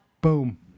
Boom